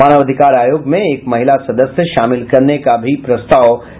मानवाधिकार आयोग में एक महिला सदस्य शामिल करने का भी प्रस्ताव है